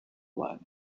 while